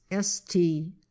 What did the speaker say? ST